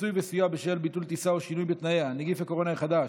(פיצוי וסיוע בשל ביטול טיסה או שינוי בתנאיה) (נגיף הקורונה החדש,